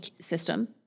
system